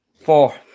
four